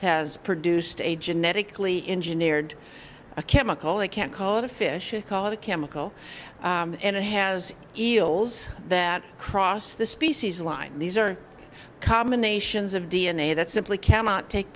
has produced a genetically engineered a chemical they can call it a fish call it a chemical and it has eels that cross the species line these are combinations of d n a that simply cannot take